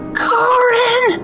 Corin